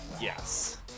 yes